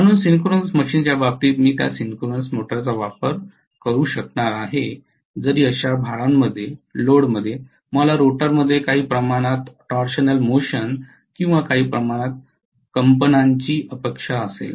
म्हणून सिंक्रोनस मशीनच्या बाबतीत मी त्या सिंक्रोनस मोटर्सचा वापर करू शकणार आहे जरी अशा भारांमध्ये मला रोटरमध्ये काही प्रमाणात टॉरशनल मोशन किंवा काही प्रमाणात कंपनाची अपेक्षा असेल